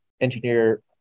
engineer